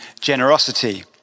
generosity